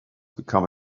become